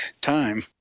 time